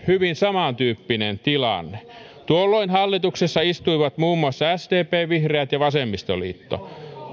hyvin samantyyppinen tilanne tuolloin hallituksessa istuivat muun muassa sdp vihreät ja vasemmistoliitto